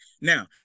Now